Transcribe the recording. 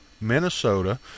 Minnesota